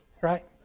right